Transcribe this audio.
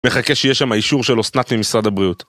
מחכה שיהיה שם האישור של אסנת ממשרד הבריאות